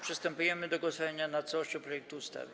Przystępujemy do głosowania nad całością projektu ustawy.